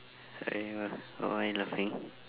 I uh why are you laughing